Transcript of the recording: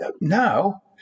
Now